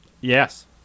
Yes